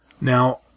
Now